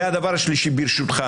והדבר השלישי, ברשותך.